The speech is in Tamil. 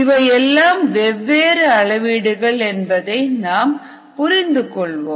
இவை எல்லாம் வெவ்வேறு அளவீடுகள் என்பதை நாம் புரிந்து கொள்வோம்